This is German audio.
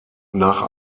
nach